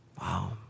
Wow